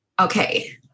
Okay